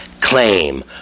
claim